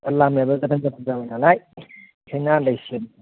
लामायाबो गोदान जातनि जाबाय नालाय जोंनो आन्दायसिगोन